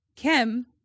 Kim